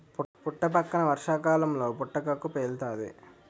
పుట్టపక్కన వర్షాకాలంలో పుటకక్కు పేలుతాది